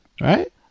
right